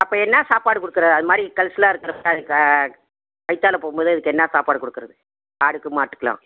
அப்போ என்ன சாப்பாடு கொடுக்குறது அது மாதிரி கழிச்சலா இருக்கிறப்ப அதுக்க வயித்தால போகும்போது அதுக்கு என்ன சாப்பாடு கொடுக்குறது ஆடுக்கு மாட்டுக்கெல்லாம்